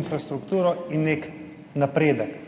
infrastrukturo in nek napredek.